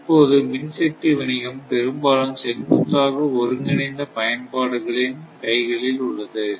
தற்போது மின்சக்தி வணிகம் பெரும்பாலும் செங்குத்தாக ஒருங்கிணைந்த பயன்பாடுகளின் கைகளில் உள்ளது